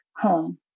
home